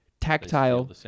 tactile